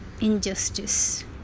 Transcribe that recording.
injustice